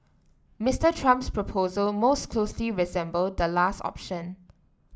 Mister Trump's proposal most closely resembled the last option